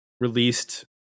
released